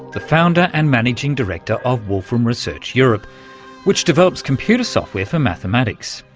the founder and managing director of wolfram research europe which develops computer software for mathematics,